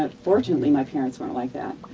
ah fortunately, my parents weren't like that.